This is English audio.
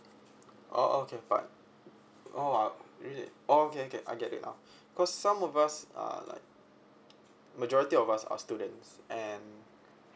oh okay but oh I really okay okay I get it now cause some of us are like majority of us are students and